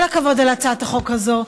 כל הכבוד על הצעת החוק הזאת.